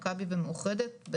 מכבי ומאוחדת,